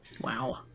Wow